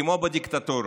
כמו בדיקטטורות.